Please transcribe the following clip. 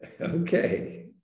Okay